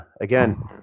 again